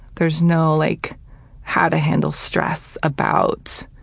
there's no like how to handle stress about